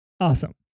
Awesome